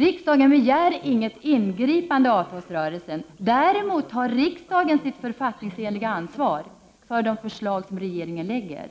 Riksdagen begär inget ingripande i avtalsrörelsen. Däremot tar riksdagen sitt författningsenliga ansvar för de förslag som regeringen lägger